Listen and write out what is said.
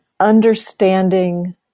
understanding